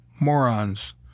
Morons